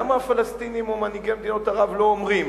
למה הפלסטינים ומנהיגי מדינות ערב לא אומרים,